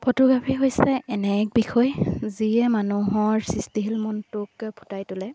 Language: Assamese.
ফটোগ্ৰাফী হৈছে এনে এক বিষয় যিয়ে মানুহৰ সৃষ্টিশীল মনটোক ফুটাই তোলে